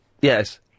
Yes